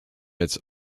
its